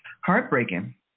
heartbreaking